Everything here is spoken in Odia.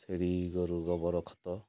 ଛେଳି ଗୋରୁ ଗୋବର ଖତ